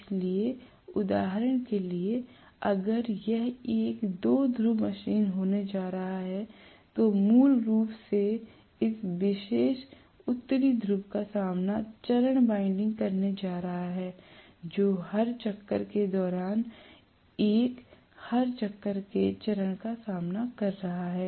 इसलिए उदाहरण के लिए अगर यह एक दो ध्रुव मशीन होने जा रहा है तो मूल रूप से इस विशेष उत्तरी ध्रुव का सामना चरण बाइंडिंग करने जा रहा हैजो हर चक्कर के दौरान एक हर चक्कर के चरण का सामना कर रहा है